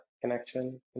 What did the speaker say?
connection